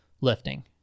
lifting